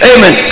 Amen